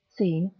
seen,